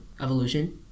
evolution